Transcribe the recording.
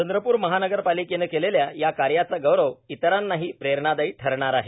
चंद्रपूर महानगरपालिकेनं केलेल्या या कार्याचा गौरव इतरांनाही प्रेरणादायी ठरणार आहे